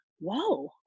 whoa